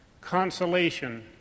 consolation